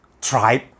tribe